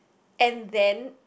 and then